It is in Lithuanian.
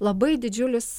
labai didžiulis